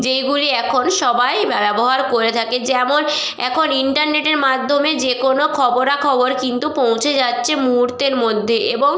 যেইগুলি এখন সবাই ব্যবহার করে থাকে যেমন এখন ইন্টারনেটের মাধ্যমে যে কোনো খবরাখবর কিন্তু পৌঁছে যাচ্ছে মুহূর্তের মধ্যে এবং